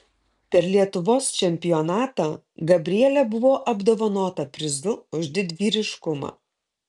per lietuvos čempionatą gabrielė buvo apdovanota prizu už didvyriškumą